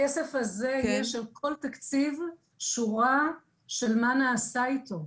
הכסף הזה יש לכל תקציב שורה של מה נעשה איתו.